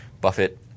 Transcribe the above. Buffett